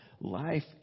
life